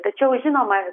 tačiau žinoma